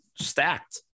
stacked